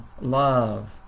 love